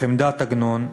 חמדת עגנון,